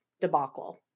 debacle